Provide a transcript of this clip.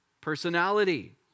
Personality